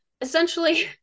essentially